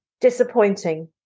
disappointing